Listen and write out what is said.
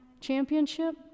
championship